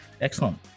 excellent